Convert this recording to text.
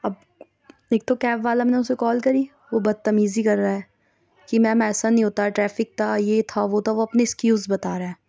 اب ایک تو کیب والا میں نے اُسے کال کری وہ بتمیزی کر رہا ہے کہ میم ایسا نہیں ہوتا ٹریفک تھا یہ تھا وہ تھا وہ اپنی ایکسکیوز بتا رہا ہے